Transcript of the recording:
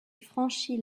franchit